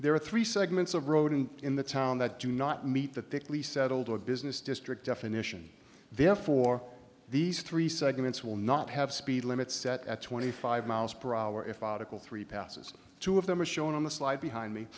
there are three segments of road in in the town that do not meet the thickly settled or business district definition therefore these three segments will not have speed limits set at twenty five miles per hour if aa tacl three passes two of them are shown on the slide behind m